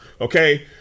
okay